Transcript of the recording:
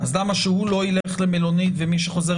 אז למה שהוא לא ילך למלונית ומי שחוזר